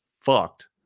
fucked